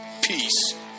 peace